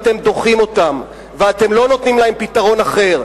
אתם דוחים אותם ואתם לא נותנים להם פתרון אחר.